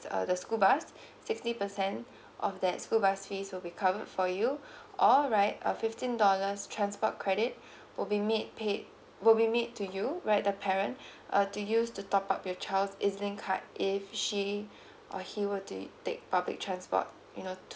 uh the school bus sixty percent of that school bus fee will be covered for you all right fifteen dollars transport credit would be made paid would be made to you right the parent uh to use to top up your child E Z link card if she or he would take public transport you know to